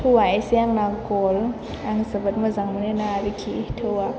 थौवा एसे आंना गल आं जोबोर मोजां मोनो ना आरोखि थौवा